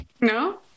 No